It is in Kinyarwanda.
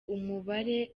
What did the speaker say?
umubare